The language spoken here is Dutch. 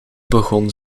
begon